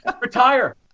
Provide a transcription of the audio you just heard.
Retire